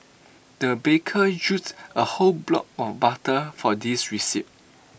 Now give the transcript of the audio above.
the baker used A whole block of butter for this recipe